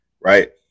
Right